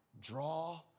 draw